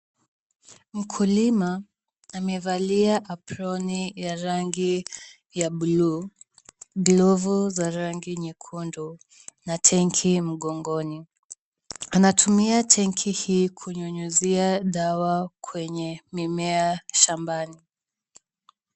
Mkulima amevalia aproni ya rangi ya blue , glovu za rangi nyekundu na tenki mgongoni. Anatumia tenki hii kunyunyuzia dawa kwenye mimea shambani.